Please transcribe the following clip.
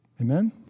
Amen